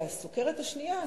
הסוכרת השנייה,